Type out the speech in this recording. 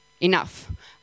enough